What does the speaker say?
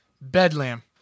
Bedlam